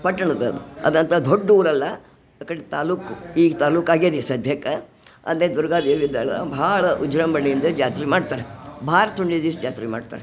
ಪಟ್ಟಣದದ್ ಅದಂಥಾ ದೊಡ್ಡ ಊರಲ್ಲ ಆ ಕಡೆ ತಾಲೂಕು ಈಗ ತಾಲೂಕಾಗ್ಯದ ಸಧ್ಯಕ್ಕೆ ಅಲ್ಲೇ ದುರ್ಗಾ ದೇವಿ ಇದ್ದಾಳೆ ಭಾಳ ವಿಜೃಂಭಣೆಯಿಂದ ಜಾತ್ರೆ ಮಾಡ್ತಾರೆ ಜಾತ್ರೆ ಮಾಡ್ತಾರೆ